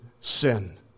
sin